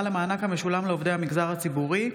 למענק המשולם לעובדי המגזר הציבורי,